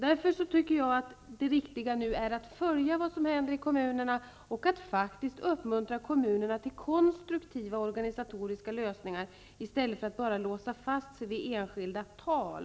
Jag tycker att det mest riktiga nu är att följa vad som händer i kommunerna och att faktiskt uppmuntra kommunerna till konstruktiva organisatoriska lösningar i stället för att enbart låsa fast sig vid enskilda tal.